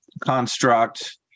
construct